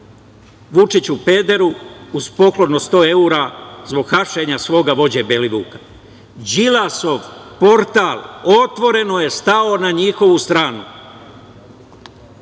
Vučiću pederu, uz poklon od 100 evra zbog hapšenja svoga vođe Belivuka. Đilasov portal otvoreno je stao na njihovu stranu. Ono